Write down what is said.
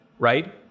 right